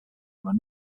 from